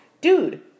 Dude